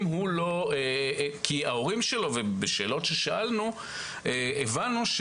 יש כאלה שאומרים: